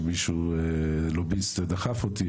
שמישהו לוביסט דחף אותי.